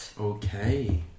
Okay